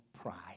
pride